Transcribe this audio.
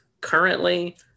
currently